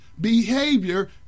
behavior